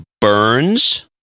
Burns